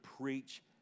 preach